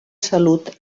salut